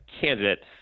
candidate